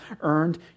earned